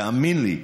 תאמין לי,